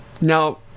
Now